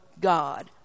God